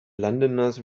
londoners